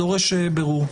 זה דורש בירור.